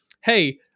hey